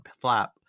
Flap